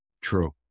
True